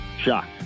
Shocked